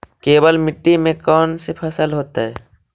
केवल मिट्टी में कौन से फसल होतै?